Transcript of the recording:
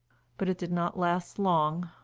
but it did not last long.